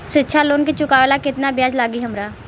शिक्षा लोन के चुकावेला केतना ब्याज लागि हमरा?